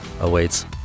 awaits